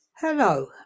Hello